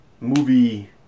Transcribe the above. Movie